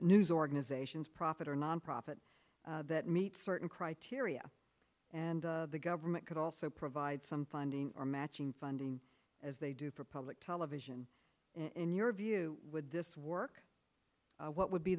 news organizations profit or nonprofit that meets certain criteria and the government could also provide some funding or matching funding as they do for public television in your view would this work what would be